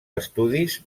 estudis